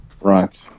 right